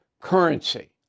currency